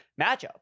matchup